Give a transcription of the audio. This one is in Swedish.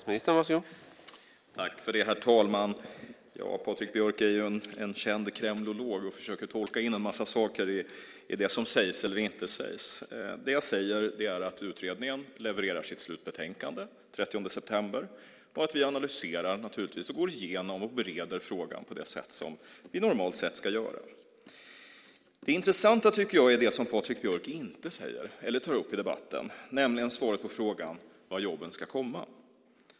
Herr talman! Patrik Björck är en känd kremlolog och försöker tolka in en massa saker i det som sägs eller inte sägs. Det jag säger är att utredningen levererar sitt slutbetänkande den 30 september och att vi naturligtvis analyserar, går igenom och bereder frågan på det sätt som vi normalt sett ska göra. Det intressanta tycker jag är det som Patrik Björck inte talar om eller tar upp i debatten, nämligen svaret på frågan var jobben ska komma.